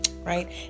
right